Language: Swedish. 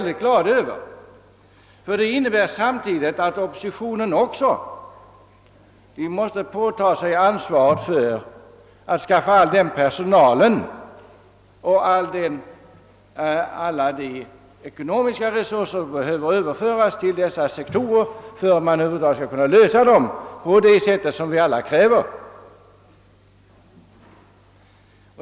Det innebär att oppositionen också måste ta på sig ansvaret för att skaffa all den personal och alla de ekonomiska resurser som behöver överföras till olika sektorer för att frågorna skall kunna lösas på det sätt som alla kräver.